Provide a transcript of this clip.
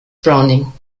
browning